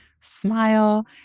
smile